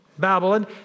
Babylon